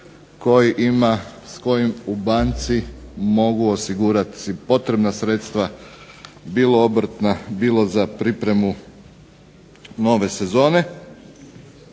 dokument s kojim u banci mogu osigurati potrebna sredstva bilo obrtna, bilo za pripremu nove sezone